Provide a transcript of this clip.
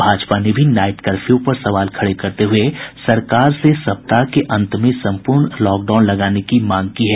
भाजपा ने भी night curfew पर सवाल खड़े करते हुये सरकार से सप्ताह के अंत में सम्पूर्ण लॉकडाउन लगाने की मांग की है